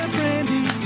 Brandy